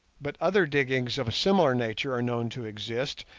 but other diggings of a similar nature are known to exist,